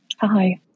Hi